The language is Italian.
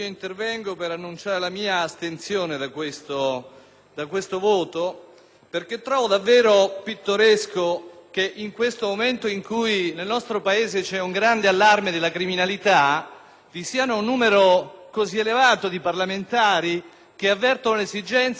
perché trovo davvero pittoresco che nel momento in cui nel Paese c'è un grande allarme per la criminalità vi sia un numero così elevato di parlamentari che avvertono l'esigenza di introdurre un reato proprio nei riguardi delle Forze di polizia: il reato di tortura.